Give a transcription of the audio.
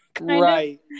Right